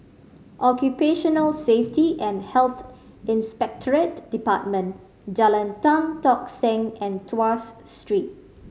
Occupational Safety and Health Inspectorate Department Jalan Tan Tock Seng and Tuas Street